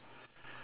okay